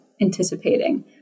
anticipating